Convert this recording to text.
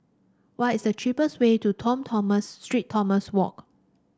what is the cheapest way to Tom Tomas Street Thomas Walk